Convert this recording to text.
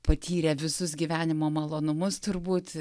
patyrę visus gyvenimo malonumus turbūt